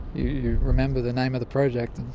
you remember the name of the project.